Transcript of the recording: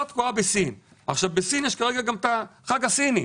תקועה בסין כי בסין יש כרגע את החג הסיני.